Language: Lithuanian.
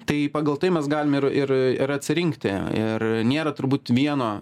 tai pagal tai mes galim ir ir ir atsirinkti ir nėra turbūt vieno